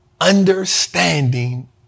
understanding